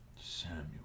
Samuel